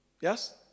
Yes